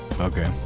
Okay